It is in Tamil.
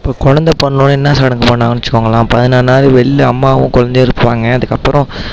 இப்போது கொழந்தை பிறந்தோன என்ன சடங்கு பண்ணுவாங்கன்னு வச்சிக்கோங்களேன் பதினாறு நாள் வெளில அம்மாவும் குழந்தையும் இருப்பாங்க அதுக்கு அப்றம்